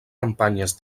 campanyes